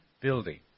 building